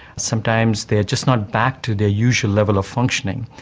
sometimes they are just not back to their usual level of functioning.